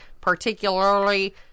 particularly